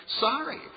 Sorry